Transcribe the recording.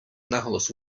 наголос